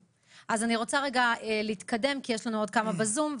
אני רוצה להתקדם כי יש לנו עוד מוזמנים בזום,